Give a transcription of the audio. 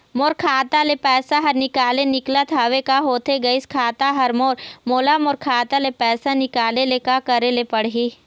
मोर खाता ले पैसा हर निकाले निकलत हवे, का होथे गइस खाता हर मोर, मोला मोर खाता ले पैसा निकाले ले का करे ले पड़ही?